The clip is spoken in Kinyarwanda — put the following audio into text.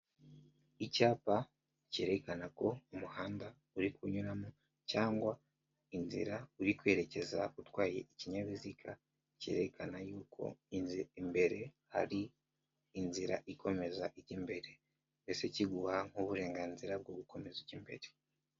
Icyapa cyerekana ko umuhanda uri kunyuramo cyangwa inzira uri kwerekeza utwaye ikinyabiziga cyerekana y'uko imbere hari inzira ikomeza ijya imbere, mbese kiguha nk'uburenganzira bwo gukomeza imbere.